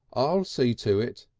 i'll see to it,